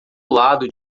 lado